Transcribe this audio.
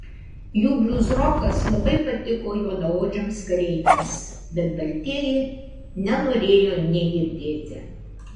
jų bliuzrokas labai patiko juodaodžiams kareiviams bet baltieji nenorėjo nė girdėti